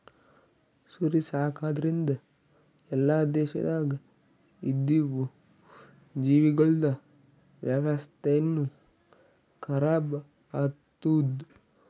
ಕುರಿ ಸಾಕದ್ರಿಂದ್ ಎಲ್ಲಾ ದೇಶದಾಗ್ ಇದ್ದಿವು ಜೀವಿಗೊಳ್ದ ವ್ಯವಸ್ಥೆನು ಖರಾಬ್ ಆತ್ತುದ್